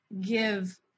give